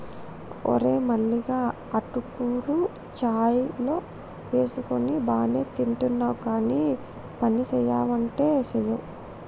ఓరే మల్లిగా అటుకులు చాయ్ లో వేసుకొని బానే తింటున్నావ్ గానీ పనిసెయ్యమంటే సెయ్యవ్